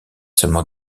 seulement